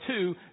two